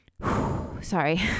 Sorry